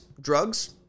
drugs